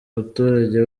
umuturage